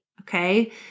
okay